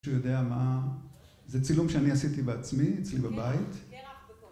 זה צילום שאני עשיתי בעצמי, אצלי בבית.